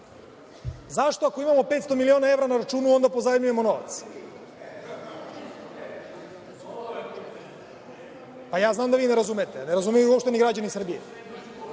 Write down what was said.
Zašto ako imamo 500 miliona evra na računu onda pozajmljujemo novac? Ja znam da vi ne razumete, ne razumeju ni građani Srbije.